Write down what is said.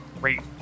Great